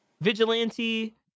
vigilante